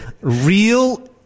Real